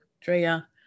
Drea